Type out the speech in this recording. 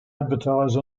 advertise